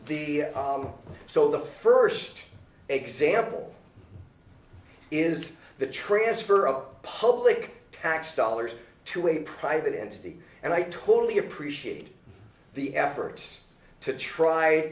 the so the first example is the transfer of public tax dollars to a private entity and i totally appreciate the efforts to try